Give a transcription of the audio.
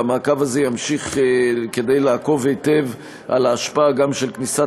והמעקב הזה יימשך כדי לעקוב היטב גם אחר ההשפעה של כניסת